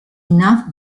enough